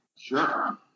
Sure